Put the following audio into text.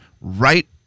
right